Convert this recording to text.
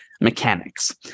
mechanics